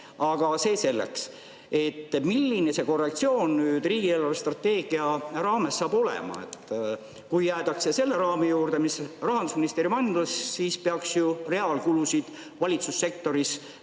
Aga see selleks. Milline see korrektsioon riigi eelarvestrateegia raames saab olema? Kui jäädakse selle raami juurde, mis Rahandusministeerium andis, siis peaks ju reaalkulusid valitsussektoris